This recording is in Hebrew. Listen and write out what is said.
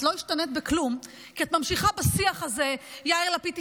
את לא השתנית בכלום כי את ממשיכה בשיח הזה: יאיר לפיד,